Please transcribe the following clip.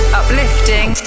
uplifting